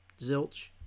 zilch